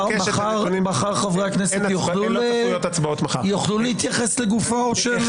מחר חברי הכנסת יוכלו להתייחס לגופו של החוק?